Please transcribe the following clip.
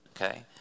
Okay